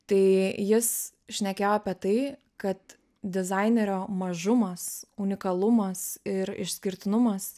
tai jis šnekėjo apie tai kad dizainerio mažumas unikalumas ir išskirtinumas